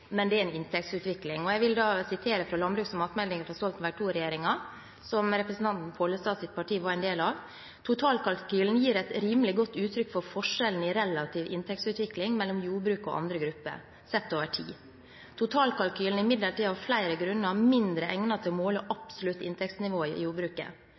men det er en inntektsutvikling. Jeg vil sitere fra landbruks- og matmeldingen fra Stoltenberg II-regjeringen, som representanten Pollestads parti var en del av: «Totalkalkylen gir et rimelig godt uttrykk for forskjellen i relativ inntektsutvikling mellom jordbruket og andre grupper, sett over tid. Totalkalkylen er imidlertid av flere grunner mindre egnet til å måle absolutt inntektsnivå i jordbruket.»